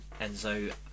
Enzo